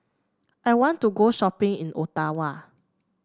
I want to go shopping in Ottawa